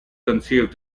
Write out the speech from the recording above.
conceived